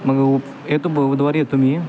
मग येतो ब बुधवारी येतो मी